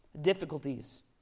difficulties